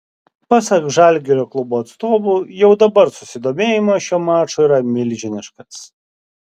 pasak žalgirio klubo atstovų jau dabar susidomėjimas šiuo maču yra milžiniškas